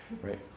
right